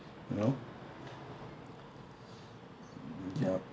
you know yup